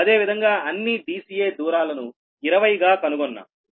అదేవిధంగా అన్ని dca దూరాలను 20 గా కనుగొన్నాం